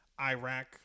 Iraq